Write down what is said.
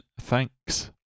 thanks